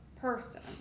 person